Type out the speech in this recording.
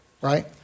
right